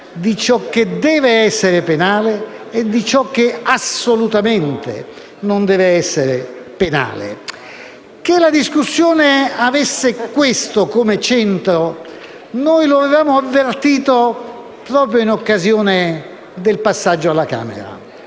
di ciò che deve essere penale e di ciò che assolutamente non deve essere penale. Che la discussione avesse questo come centro lo avevamo avvertito proprio in occasione del passaggio alla Camera.